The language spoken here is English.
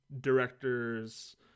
directors